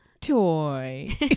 toy